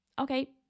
Okay